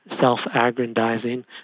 Self-aggrandizing